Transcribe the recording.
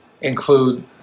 include